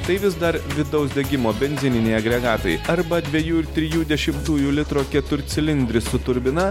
tai vis dar vidaus degimo benzininiai agregatai arba dviejų ir trijų dešimtųjų litro ketur cilindris su turbina